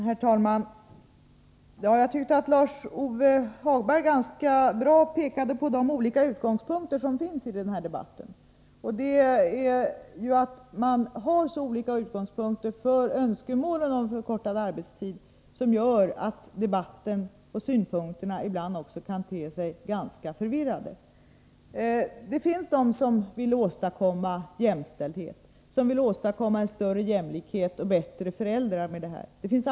Herr talman! Jag tycker att Lars-Ove Hagberg ganska bra visade på de olika utgångspunkterna i den här debatten. Just därför att man har så olika utgångspunkter för önskemålen när det gäller förkortad arbetstid kan debatten te sig ganska förvirrad. En del vill åstadkomma jämställdhet, en större jämlikhet och bättre föräldrar med en reform av detta slag.